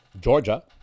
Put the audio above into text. Georgia